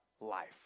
life